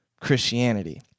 Christianity